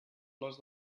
flors